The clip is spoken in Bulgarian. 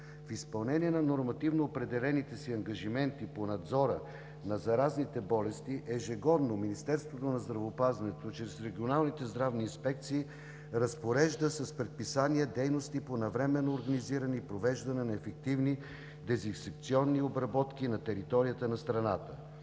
В изпълнение на нормативно определените си ангажименти по надзора на заразните болести ежегодно Министерството на здравеопазването чрез регионалните здравни инспекции разпорежда с предписания дейности по навременно организиране и провеждане на ефективни дезинсекционни обработки на територията на страната.